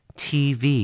tv